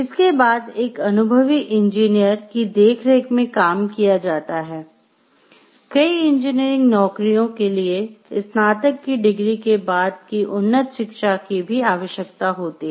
इसके बाद एक अनुभवी इंजीनियर की देखरेख में काम किया जाता है कई इंजीनियरिंग नौकरियों के लिए स्नातक की डिग्री के बाद की उन्नत शिक्षा की भी आवश्यकता होती है